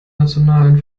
nationalen